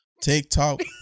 TikTok